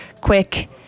quick